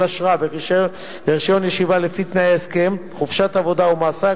אשרה ורשיון ישיבה לפי תנאי הסכם חופשת העבודה ומועסק